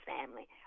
family